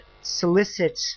solicit